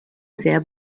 sehr